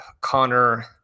Connor